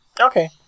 Okay